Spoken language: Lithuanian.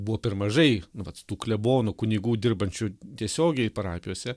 buvo per mažai nu vat tų klebonų kunigų dirbančių tiesiogiai parapijose